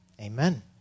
Amen